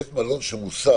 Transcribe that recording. בית מלון שמוסב